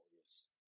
yes